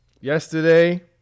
yesterday